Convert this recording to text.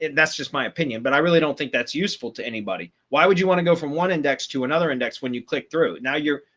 and that's just my opinion. but i really don't think that's useful to anybody. why would you want to go from one index to another index, when you click through now you're,